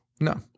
No